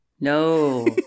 No